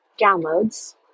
downloads